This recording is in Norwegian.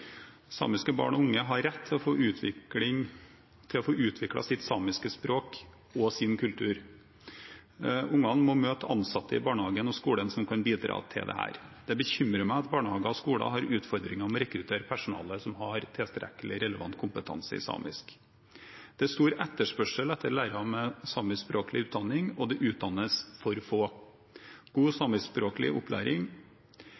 Samiske barn og unge har rett til å få utviklet sitt samiske språk og sin kultur. Barna må møte ansatte i barnehager og skoler som kan bidra til dette. Det bekymrer meg at barnehager og skoler har utfordringer med å rekruttere personale som har tilstrekkelig og relevant kompetanse i samisk. Det er stor etterspørsel etter lærere med samiskspråklig utdanning, og det utdannes for få. God